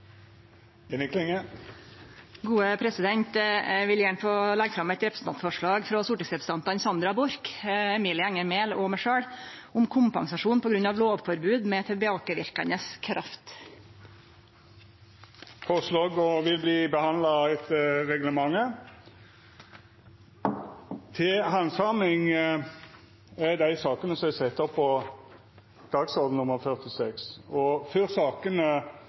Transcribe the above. Eg vil gjerne få leggja fram eit representantforslag frå stortingsrepresentantane Sandra Borch, Emilie Enger Mehl og meg sjølv om kompensasjon på grunn av lovforbod med tilbakeverkande kraft. Forslaga vert handsama etter reglementet. Før sakene på møtekartet vert tekne opp til handsaming,